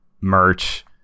merch